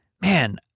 Man